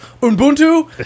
Ubuntu